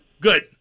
Good